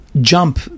Jump